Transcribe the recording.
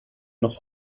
noch